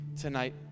tonight